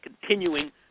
continuing